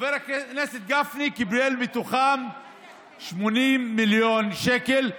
חבר הכנסת גפני קיבל מתוכם 80 מיליון שקל.